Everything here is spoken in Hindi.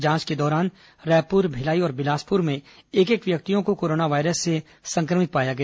जांच के दौरान रायपुर भिलाई और बिलासपुर में एक एक व्यक्तियों को कोरोना वायरस से संक्रमित पाया गया